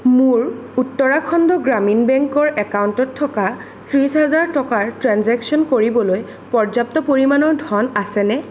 মোৰ উত্তৰাখণ্ড গ্ৰামীণ বেংকৰ একাউণ্টত থকা ত্ৰিছ হাজাৰ টকাৰ ট্ৰেঞ্জেকশ্য়ন কৰিবলৈ পৰ্যাপ্ত পৰিমাণৰ ধন আছেনে